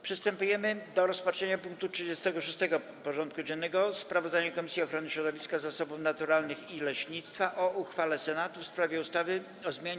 Przystępujemy do rozpatrzenia punktu 36. porządku dziennego: Sprawozdanie Komisji Ochrony Środowiska, Zasobów Naturalnych i Leśnictwa o uchwale Senatu w sprawie ustawy o zmianie